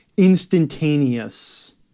instantaneous